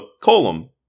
column